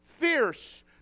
fierce